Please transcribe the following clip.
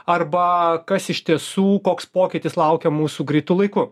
arba kas iš tiesų koks pokytis laukia mūsų greitu laiku